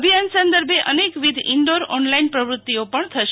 અભિયાન સંદર્ભે અનેકવિધ ઇન્ડોર ઓનલાઈન પ્રવૃત્તિઓ પણ થશે